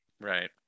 Right